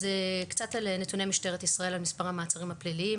אז קצת על נתוני משטרת ישראל על מספר המעצרים הפליליים.